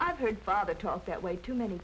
i've heard father talk that way too ma